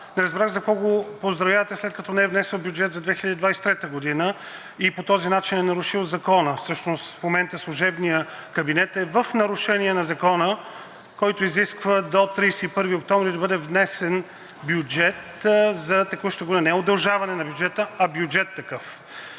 не разбрах за какво го поздравявате, след като не е внесъл бюджет за 2023 г. и по този начин е нарушил закона. Всъщност в момента служебният кабинет е в нарушение на закона, който изисква до 31 октомври да бъде внесен бюджет за текущата година. Не удължаване на бюджета, а такъв